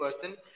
person